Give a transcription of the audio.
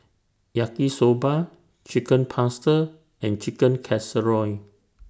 Yaki Soba Chicken Pasta and Chicken Casserole